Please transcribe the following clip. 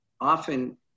often